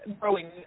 growing